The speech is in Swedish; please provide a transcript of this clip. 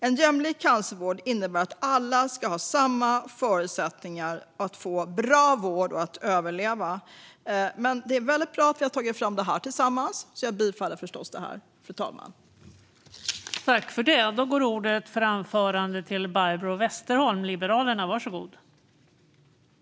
En jämlik cancervård innebär att alla ska ha samma förutsättningar att få bra vård och att överleva. Det är väldigt bra att vi har tagit fram det här tillsammans, fru talman, så jag yrkar förstås bifall till förslaget i betänkandet.